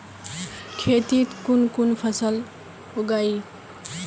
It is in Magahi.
खेतीत कुन कुन फसल उगेई?